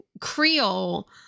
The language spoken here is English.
Creole